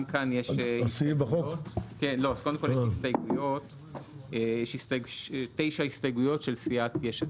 9 הסתייגויות של סיעת יש עתיד.